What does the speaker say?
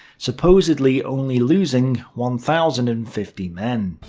supposedly only losing one thousand and fifty men.